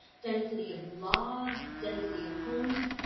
density of laws, density of homes,